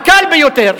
הקל ביותר,